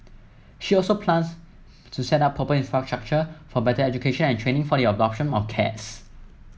she also plans to set up proper infrastructure for better education and training for the adoption of cats